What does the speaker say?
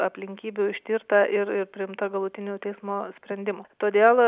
aplinkybių ištirta ir ir priimta galutinių teismo sprendimų todėl